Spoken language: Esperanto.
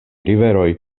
riveroj